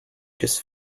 just